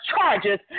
charges